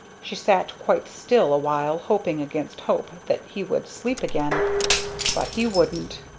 she sat quite still awhile, hoping against hope that he would sleep again but he wouldn't.